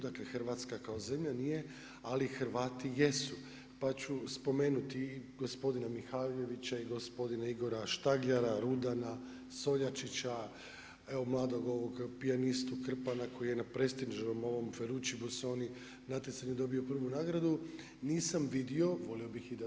Dakle, Hrvatska kao zemlja nije ali Hrvati jesu, pa ću spomenuti i gospodina Mihaljevića i gospodina Igora Štagljara, Rudana, Soljačića, evo mladog ovog pijanistu Krpana koji je na prestižnom ovom Feruccio Busoni natjecanju dobio prvu nagradu, nisam vidio, volio bih i da to